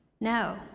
No